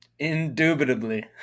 Indubitably